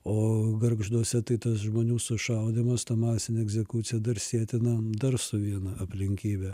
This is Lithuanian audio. o gargžduose tai tas žmonių sušaudymas ta masinė egzekucija dar sietina dar su viena aplinkybe